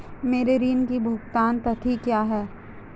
मेरे ऋण की भुगतान तिथि क्या है?